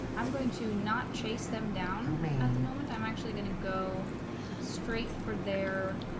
i'm going to not chase them down at the moment i'm actually going to go straight for their